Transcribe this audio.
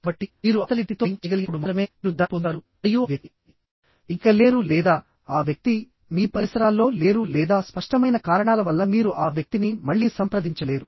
కాబట్టి మీరు అవతలి వ్యక్తితో లింక్ చేయగలిగినప్పుడు మాత్రమే మీరు దాన్ని పొందుతారు మరియు ఆ వ్యక్తి ఇక లేరు లేదా ఆ వ్యక్తి మీ పరిసరాల్లో లేరు లేదా స్పష్టమైన కారణాల వల్ల మీరు ఆ వ్యక్తిని మళ్లీ సంప్రదించలేరు